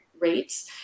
Rates